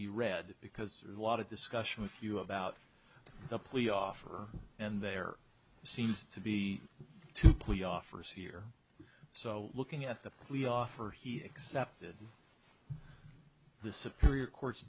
be read because there's a lot of discussion with you about the plea offer and there seems to be two plea offers here so looking at the plea offer he accepted the supreme court